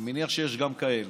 אני מניח שיש גם כאלה,